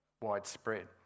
widespread